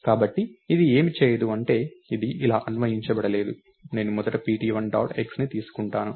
కాబట్టి ఇది ఏమి చేయదు అంటే ఇది ఇలా అన్వయించబడలేదు నేను మొదట pt1 డాట్ x తీసుకుంటాను